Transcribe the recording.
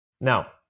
Now